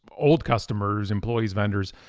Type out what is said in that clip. old customers, employees, vendors,